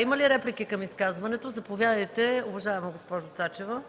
Има ли реплики към изказването? Заповядайте, уважаема госпожо Цачева.